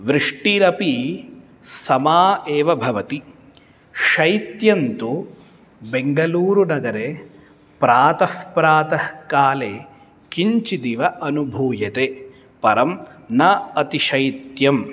वृष्टिरपि समा एव भवति शैत्यं तु बेङ्गलूरुनगरे प्रातःप्रातः काले किञ्चिदिव अनुभूयते परं न अतिशैत्यम्